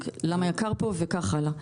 למה יקר פה וכך הלאה,